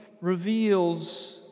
reveals